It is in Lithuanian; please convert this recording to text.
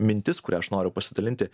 mintis kuria aš noriu pasidalinti